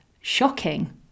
Shocking